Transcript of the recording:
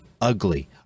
ugly